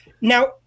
Now